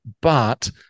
But-